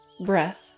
breath